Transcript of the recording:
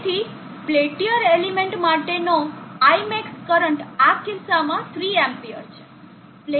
તેથી Peltier element માટેનો Imax current આ કિસ્સામાં 3 amp છે